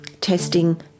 testing